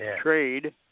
trade